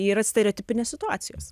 yra stereotipinės situacijos